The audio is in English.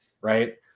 right